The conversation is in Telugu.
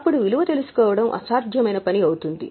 అప్పుడు విలువ తెలుసుకోవడం అసాధ్యమైన పని అవుతుంది